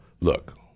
look